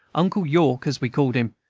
uncle york, as we called him,